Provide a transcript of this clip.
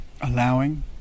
allowing